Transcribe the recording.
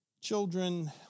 Children